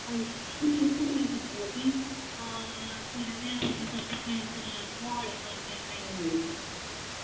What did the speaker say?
ਹਾਂਜੀ ਸਰ ਮੈਂ ਨਾ ਤੁਹਾਨੂੰ ਇਹ ਪੁੱਛਣਾ ਸੀ ਕੀ ਕਹਿੰਦੇ ਆ ਅੰਮ੍ਰਿਤਸਰ ਦੀ ਟ੍ਰੇਨ ਕਦੋਂ ਜਾਂਦੀ ਮੋਹਾਲੀ ਤੋਂ ਅਸੀਂ ਟ੍ਰੇਨ ਲੈਣੀ ਸੀ